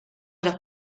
los